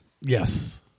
Yes